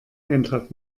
eintrag